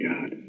God